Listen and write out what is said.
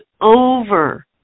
over